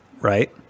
Right